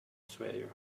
sawyer